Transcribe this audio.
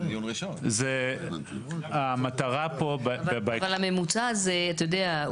אבל הממוצע הזה את יודע,